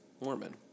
Mormon